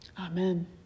Amen